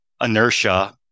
inertia